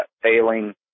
failing